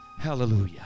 Hallelujah